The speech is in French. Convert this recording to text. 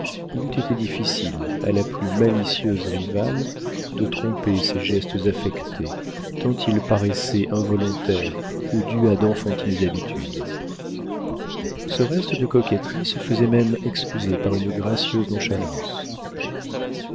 il eût été difficile à la plus malicieuse rivale de trouver ses gestes affectés tant ils paraissaient involontaires ou dus à d'enfantines habitudes ce reste de coquetterie se faisait même excuser par une gracieuse nonchalance